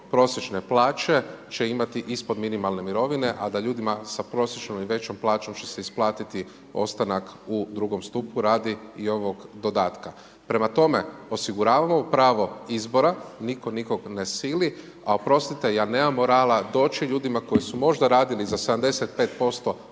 prosječne plaće će imati ispod minimalne mirovine a da ljudima sa prosječnom i većom plaćom će se isplatiti ostanak u drugom stupu radi i ovog dodatka. Prema tome, osiguravamo pravo izbora, nitko nikog ne sili, a oprostite ja nemam morala doći ljudima koji su možda radili za 75%